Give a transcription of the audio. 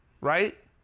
right